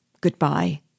Goodbye